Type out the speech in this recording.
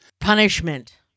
Punishment